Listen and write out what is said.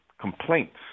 complaints